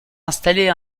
installée